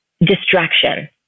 distraction